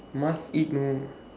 must eat you know